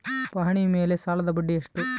ಪಹಣಿ ಮೇಲೆ ಸಾಲದ ಬಡ್ಡಿ ಎಷ್ಟು?